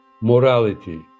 morality